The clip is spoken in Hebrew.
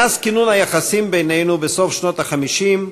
מאז כינון היחסים בינינו, בסוף שנות ה-50,